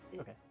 okay